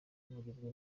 bagirwa